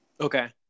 Okay